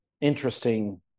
interesting